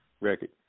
record